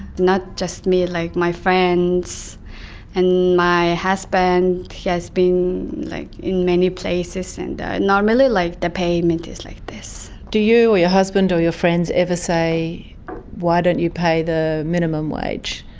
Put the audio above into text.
not just me, like my friends and my husband, he has been like many places. and normally like the payment is like this. do you or your husband or your friends ever say why don't you pay the minimum wage?